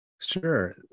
Sure